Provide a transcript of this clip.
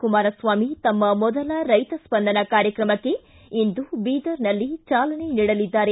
ಕುಮಾರಸ್ವಾಮಿ ತಮ್ಮ ಮೊದಲ ರೈತ ಸ್ಪಂದನ ಕಾರ್ಯಕ್ರಮಕ್ಕೆ ಇಂದು ಬೀದರ್ನಲ್ಲಿ ಚಾಲನೆ ನೀಡಲಿದ್ದಾರೆ